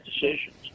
decisions